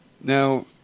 Now